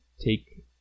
take